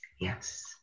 yes